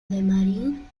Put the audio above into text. marin